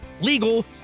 legal